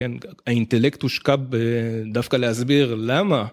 האינטלקט הושקע דווקא להסביר למה.